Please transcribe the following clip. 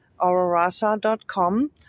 aurorasa.com